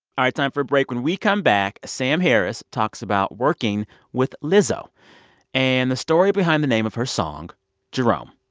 time for a break. when we come back, sam harris talks about working with lizzo and the story behind the name of her song jerome.